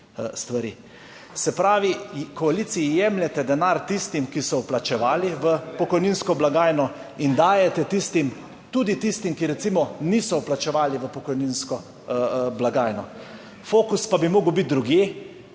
stvari. Se pravi, v koaliciji jemljete denar tistim, ki so vplačevali v pokojninsko blagajno in dajete tistim, tudi tistim, ki recimo niso vplačevali v pokojninsko blagajno. Fokus pa bi moral biti drugje,